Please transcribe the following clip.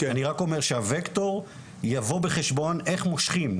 אני רק אומר שהווקטור יבוא בחשבון איך מושכים.